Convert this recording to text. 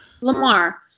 Lamar